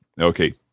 Okay